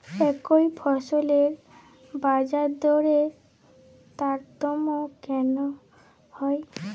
একই ফসলের বাজারদরে তারতম্য কেন হয়?